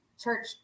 church